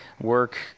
work